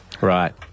Right